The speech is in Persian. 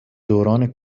دوران